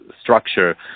structure